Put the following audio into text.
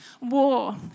war